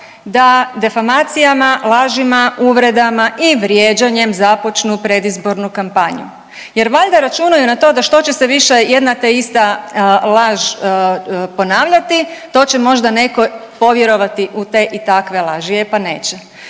da defamacijama, lažima, uvredama i vrijeđanjem započnu predizbornu kampanju. Jer valjda računaju na to da što će se više jedna te ista laž ponavljati to će možda netko povjerovati u te i takve laži. E pa neće!